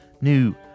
new